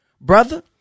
brother